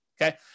okay